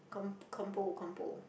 com compo compo